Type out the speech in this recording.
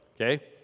Okay